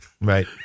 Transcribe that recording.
Right